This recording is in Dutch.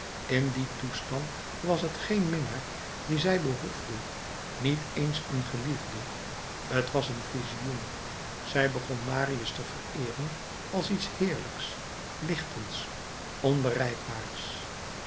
in dien toestand was t geen minnaar dien zij behoefde niet eens een geliefde t was een visioen zij begon marius te vereeren als iets heerlijks lichtends onbereikbaars